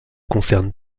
concernent